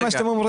מי נמנע?